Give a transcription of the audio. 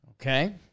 Okay